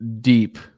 deep